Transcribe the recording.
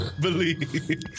Believe